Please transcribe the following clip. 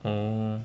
oh